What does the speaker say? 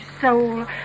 soul